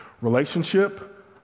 Relationship